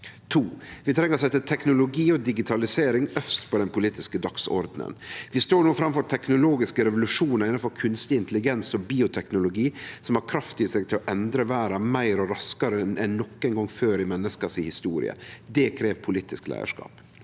2. Vi treng å setje teknologi og digitalisering øvst på den politiske dagsordenen. Vi står no framfor teknologiske revolusjonar innanfor kunstig intelligens og bioteknologi som har kraft i seg til å endre verda meir og raskare enn nokon gong før i menneska si historie. Det krev politisk leiarskap.